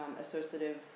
associative